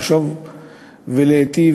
לחשוב ולהיטיב,